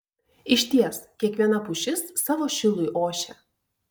išties kiekviena pušis savo šilui ošia